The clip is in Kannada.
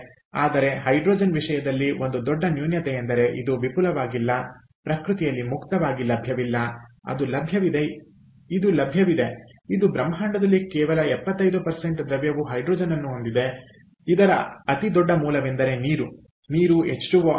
ಆದರೆ ಹೈಡ್ರೋಜನ್ ವಿಷಯದಲ್ಲಿ ಒಂದು ದೊಡ್ಡ ನ್ಯೂನತೆಯೆಂದರೆ ಇದು ವಿಪುಲವಾಗಿಲ್ಲ ಪ್ರಕೃತಿಯಲ್ಲಿ ಮುಕ್ತವಾಗಿ ಲಭ್ಯವಿಲ್ಲ ಅದು ಲಭ್ಯವಿದೆ ಇದು ಲಭ್ಯವಿದೆ ಇದು ಬ್ರಹ್ಮಾಂಡದಲ್ಲಿ ಕೇವಲ 75 ದ್ರವ್ಯವು ಹೈಡ್ರೋಜನ್ಅನ್ನು ಹೊಂದಿರುತ್ತದೆ ಇದರ ಅತಿದೊಡ್ಡ ಮೂಲವೆಂದರೆ ನೀರು ನೀರು H2O ಆಗಿದೆ